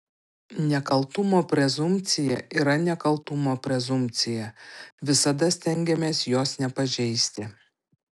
nekaltumo prezumpcija yra nekaltumo prezumpcija visada stengiamės jos nepažeisti